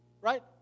right